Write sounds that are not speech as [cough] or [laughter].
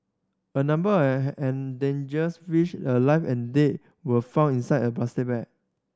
a number [unintelligible] endangers fish alive and dead were found inside a plastic bag